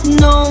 no